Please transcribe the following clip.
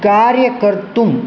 कार्यं कर्तुम्